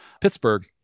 Pittsburgh